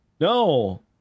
no